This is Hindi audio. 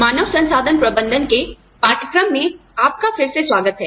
मानव संसाधन प्रबंधन के पाठ्यक्रम में आपका फिर से स्वागत है